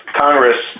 Congress